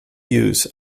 used